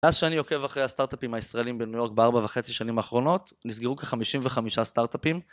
מאז שאני עוקב אחרי הסטארטאפים הישראלים בניו יורק בארבע וחצי שנים האחרונות, נסגרו כ-55 סטארטאפים.